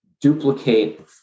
duplicate